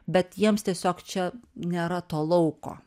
bet jiems tiesiog čia nėra to lauko